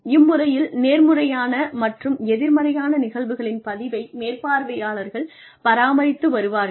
இம்முறையில் நேர்மறையான மற்றும் எதிர்மறையான நிகழ்வுகளின் பதிவை மேற்பார்வையாளர்கள் பராமரித்து வருவார்கள்